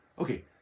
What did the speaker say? Okay